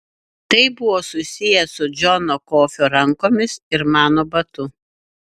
tai buvo susiję su džono kofio rankomis ir mano batu